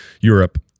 Europe